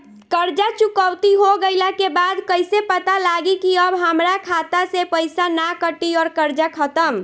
कर्जा चुकौती हो गइला के बाद कइसे पता लागी की अब हमरा खाता से पईसा ना कटी और कर्जा खत्म?